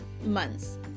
months